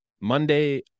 Monday